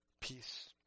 peace